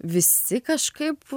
visi kažkaip